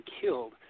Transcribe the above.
killed